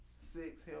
six